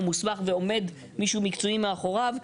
מוסמך ועומד מישהו מקצועי מאחוריו,